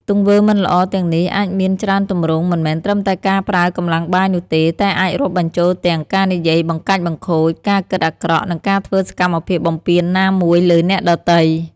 ទង្វើមិនល្អទាំងនេះអាចមានច្រើនទម្រង់ មិនមែនត្រឹមតែការប្រើកម្លាំងបាយនោះទេ តែអាចរាប់បញ្ចូលទាំង ការនិយាយបង្កាច់បង្ខូច ការគិតអាក្រក់ និងការធ្វើសកម្មភាពបំពានណាមួយលើអ្នកដទៃ។